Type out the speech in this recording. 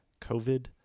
covid